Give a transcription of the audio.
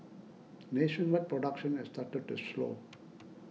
nationwide production has started to slow